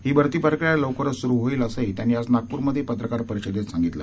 हीभरतीप्रक्रीयालवकरचसुरूहोईल असंहीत्यांनीआजनागपूरमध्येपत्रकारपरिषदेतसांगितलं